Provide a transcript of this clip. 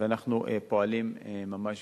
ואנחנו פועלים ממש